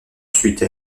suite